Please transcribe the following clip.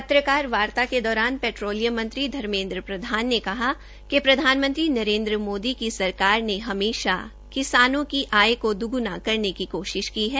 पत्रकार वार्ता के दौरान पेट्रोलियम मंत्री धमेन्द्र प्रधान ने कहा कि प्रधानमंत्री नरेन्द्र मोदी की सरकार ने हमेशा किसानों की आय दोग्णा करने की कोशिश की है